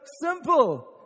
simple